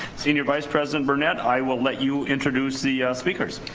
senior vice president burnett i will let you introduce the speakers.